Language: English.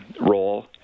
role